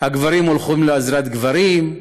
הגברים הולכים לעזרת גברים,